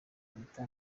impeta